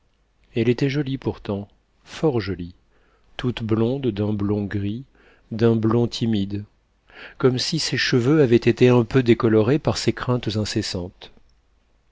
elle était jolie pourtant fort jolie toute blonde d'un blond gris d'un blond timide comme si ses cheveux avaient été un peu décolorés par ses craintes incessantes